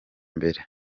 mbere